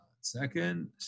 second